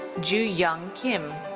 joo yeong kim.